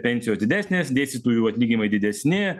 pensijos didesnės dėstytojų atlyginimai didesni